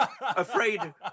afraid